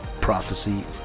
prophecy